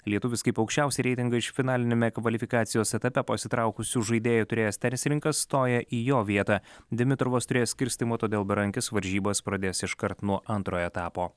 lietuvis kaip aukščiausią reitingą iš finaliniame kvalifikacijos etape pasitraukusių žaidėjų turėjęs tenisininkas stoja į jo vietą dimitrovas turėjęs skirstymą todėl berankis varžybas pradės iškart nuo antrojo etapo